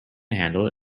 handle